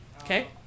Okay